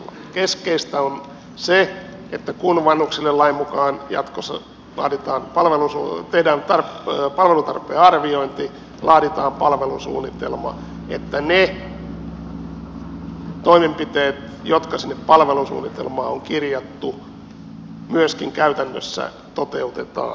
keskeistä on se että kun vanhuksille lain mukaan jatkossa tehdään palvelutarpeen arviointi laaditaan palvelusuunnitelma ne toimenpiteet jotka sinne palvelusuunnitelmaan on kirjattu myöskin käytännössä toteutetaan